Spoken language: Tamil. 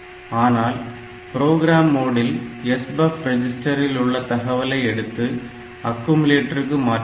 ஆனால் ப்ரோக்ராம் மோடில் SBUF ரிஜிஸ்டரில் உள்ள தகவலை எடுத்து அக்குமுலட்டருக்கு மாற்றலாம்